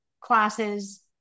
classes